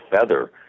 feather